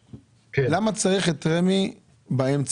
למה צריך את רמ"י באמצע,